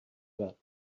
well